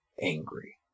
angry